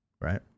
Right